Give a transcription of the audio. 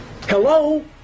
Hello